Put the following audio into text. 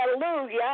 Hallelujah